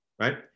Right